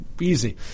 easy